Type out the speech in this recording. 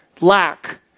lack